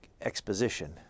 exposition